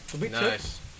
Nice